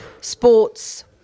sports